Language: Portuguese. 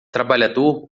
trabalhador